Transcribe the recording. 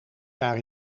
jaar